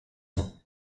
ans